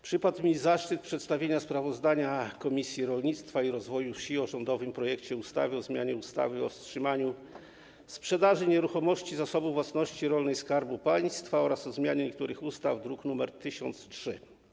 Przypadł mi zaszczyt przedstawienia sprawozdania Komisji Rolnictwa i Rozwoju Wsi o rządowym projekcie ustawy o zmianie ustawy o wstrzymaniu sprzedaży nieruchomości Zasobu Własności Rolnej Skarbu Państwa oraz o zmianie niektórych ustaw, druk nr 1003.